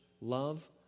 Love